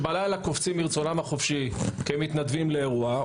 שבלילה קופצים מרצונם החופשי כמתנדבים לאירוע,